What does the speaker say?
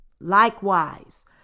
Likewise